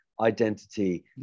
identity